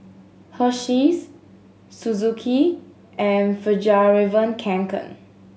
Hersheys Suzuki and Fjallraven Kanken